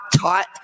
taught